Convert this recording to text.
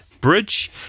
Bridge